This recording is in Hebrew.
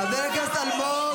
--- חבר הכנסת אלמוג.